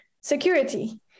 security